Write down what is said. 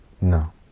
No